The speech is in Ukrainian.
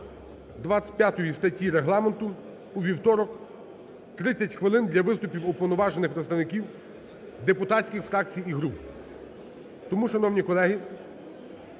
25 статті Регламенту у вівторок 30 хвилин для виступів уповноважених представників депутатських фракцій і груп. Тому, шановні колеги,